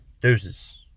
Deuces